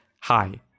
hi